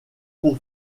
pour